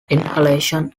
inhalation